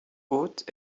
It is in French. hôte